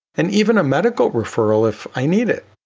and even a medical referral if i need it.